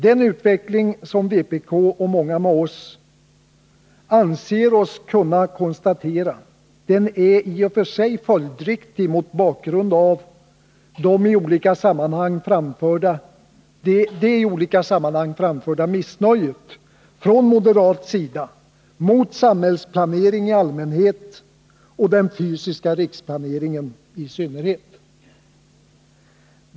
Den utveckling som vi i vpk och många med oss anser oss kunna konstatera äri och för sig följdriktig mot bakgrund av det i olika sammanhang framförda missnöjet från moderat sida mot samhällsplanering i allmänhet och den fysiska riksplaneringen i synnerhet.